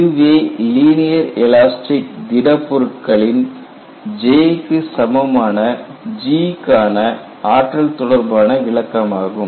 இதுவே linear elastic திடப் பொருட்களின் J க்கு சமமான G க்கான ஆற்றல் தொடர்பான விளக்கமாகும்